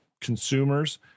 consumers